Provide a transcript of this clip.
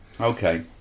Okay